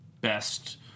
best